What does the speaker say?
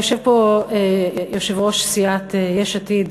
יושב פה יושב-ראש סיעת יש עתיד,